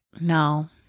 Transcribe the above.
no